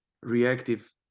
reactive